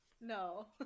no